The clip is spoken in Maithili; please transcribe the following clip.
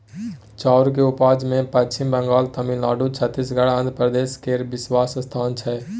चाउर के उपजा मे पच्छिम बंगाल, तमिलनाडु, छत्तीसगढ़, आंध्र प्रदेश केर विशेष स्थान छै